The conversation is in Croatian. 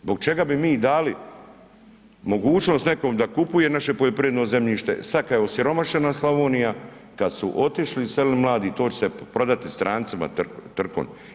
Zbog čega bi mi dali mogućnost nekom da kupuje naše poljoprivredno zemljište sad kad je osiromašena Slavonija, kada su otišli, iselili mladi to će se prodati strancima trkom.